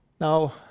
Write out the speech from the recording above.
Now